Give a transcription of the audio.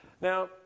Now